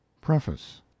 Preface